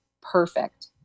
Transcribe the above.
perfect